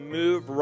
move